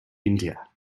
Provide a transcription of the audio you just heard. india